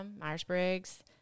Myers-Briggs